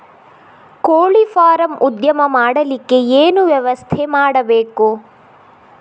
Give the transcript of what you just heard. ಕೋಳಿ ಫಾರಂ ಉದ್ಯಮ ಮಾಡಲಿಕ್ಕೆ ಏನು ವ್ಯವಸ್ಥೆ ಮಾಡಬೇಕು?